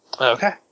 Okay